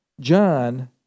John